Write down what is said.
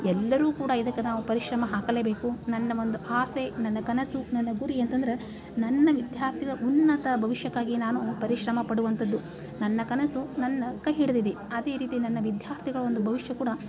ಎಲ್ಲರೂ ಕೂಡ ಇದಕ್ಕೆ ನಾವು ಪರಿಶ್ರಮ ಹಾಕಲೇಬೇಕು ನನ್ನ ಒಂದು ಆಸೆ ನನ್ನ ಕನಸು ನನ್ನ ಗುರಿ ಅಂತಂದ್ರೆ ನನ್ನ ವಿದ್ಯಾರ್ಥಿಗಳ ಉನ್ನತ ಭವಿಷ್ಯಕ್ಕಾಗಿ ನಾನು ಪರಿಶ್ರಮ ಪಡುವಂಥದ್ದು ನನ್ನ ಕನಸು ನನ್ನ ಕೈ ಹಿಡಿದಿದೆ ಅದೇ ರೀತಿ ನನ್ನ ವಿದ್ಯಾರ್ಥಿಗಳ ಒಂದು ಭವಿಷ್ಯ ಕೂಡ